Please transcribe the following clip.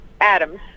adams